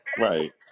Right